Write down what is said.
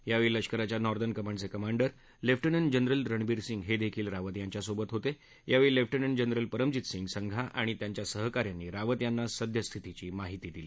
यावछी लष्कराच्या नॉर्दन कमांडचक्रिमांडर लघाती जनरल रणबीर सिंग हविखील रावत यांच्यासोबत होत आवळी लघाती जनरल परमजीत सिंग संघा आणि त्यांच्या सहकाऱ्यांनी रावत यांना सद्यस्थितीची माहिती दिली